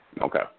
Okay